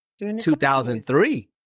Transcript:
2003